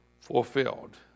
fulfilled